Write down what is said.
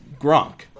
Gronk